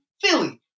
Philly